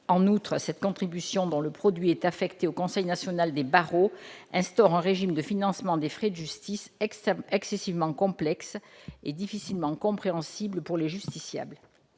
En outre, cette contribution, dont le produit est affecté au Conseil national des barreaux, instaure un régime de financement des frais de justice excessivement complexe et difficilement compréhensible pour les justiciables.